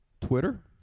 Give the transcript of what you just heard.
Twitter